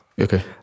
Okay